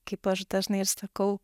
kaip aš dažnai ir sakau